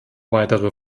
weitere